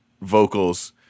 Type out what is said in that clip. vocals